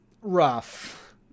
rough